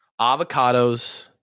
avocados